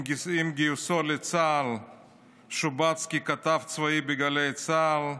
עם גיוסו לצה"ל שובץ ככתב צבאי בגלי צה"ל,